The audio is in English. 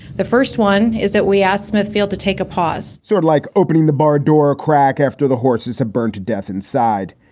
the first one is that we asked smithfield to take a pause, sort like opening the bar door a crack after the horses have burned to death inside.